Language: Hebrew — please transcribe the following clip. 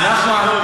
אז, נחמן,